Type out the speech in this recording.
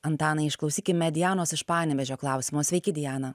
antanai išklausykime dianos iš panevėžio klausimo sveiki diana